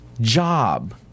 job